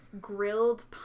grilled